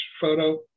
photo